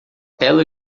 ela